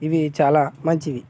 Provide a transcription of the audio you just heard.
ఇవి చాలా మంచివి